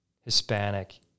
Hispanic